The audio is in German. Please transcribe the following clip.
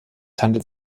handelt